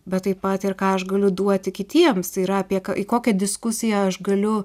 bet taip pat ir ką aš galiu duoti kitiems tai yra apie į kokią diskusiją aš galiu